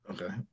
Okay